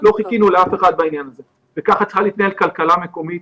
לא חיכינו לאף אחד בעניין הזה וכך צריכה להתנהל כלכלה מקומית.